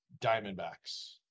diamondbacks